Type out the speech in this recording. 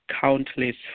countless